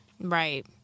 Right